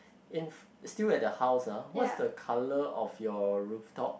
in still at the house ah what's the colour of your rooftop